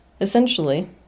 Essentially